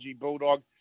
Bulldog